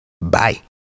Bye